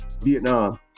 Vietnam